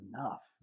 enough